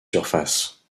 surface